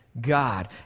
God